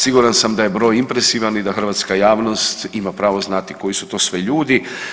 Siguran sam da je broj impresivan i da hrvatska javnost ima pravo znati koji su to sve ljudi.